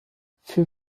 für